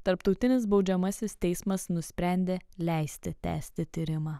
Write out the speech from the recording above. tarptautinis baudžiamasis teismas nusprendė leisti tęsti tyrimą